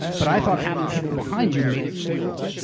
but i thought having people behind you made it feel.